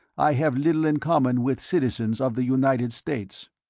i have little in common with citizens of the united states.